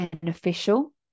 beneficial